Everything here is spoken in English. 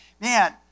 man